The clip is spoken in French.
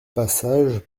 passage